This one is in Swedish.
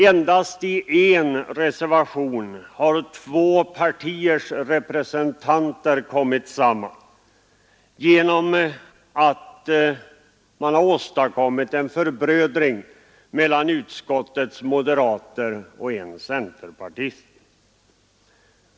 Endast i en reservation har två partiers representanter kommit samman genom en förbrödring mellan utskottets moderater och en centerpartist.